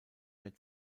mehr